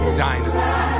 dynasty